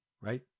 Right